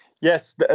Yes